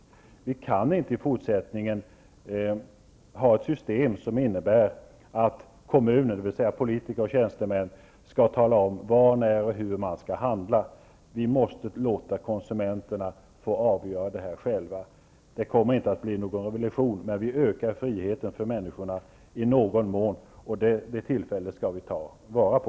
Man kan inte i fortsättningen ha ett system som innebär att kommuner, dvs. politiker och tjänstemän, skall tala om var, när och hur människor skall handla. Vi måste låta konsumenterna själva få avgöra detta. Det kommer inte att bli någon revolution, men vi ökar i någon mån friheten för människor, och detta tillfälle skall vi ta vara på.